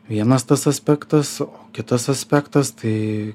vienas tas aspektas o kitas aspektas tai